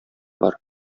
бар